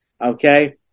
Okay